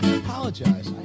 apologize